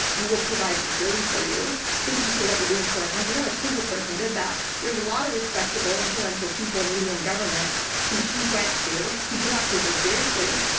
we will provide security for you. thank you for what you're doing for our country. not a single person did that. there's a lot of respectable, influential people in media and government who she went to who did not take her seriously.